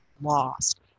lost